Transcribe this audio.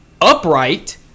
Upright